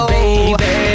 Baby